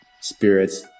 spirits